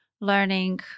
learning